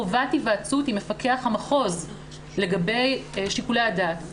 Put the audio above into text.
חובת היוועצות עם מפקח המחוז לגבי שיקולי הדעת.